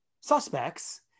suspects